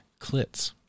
clits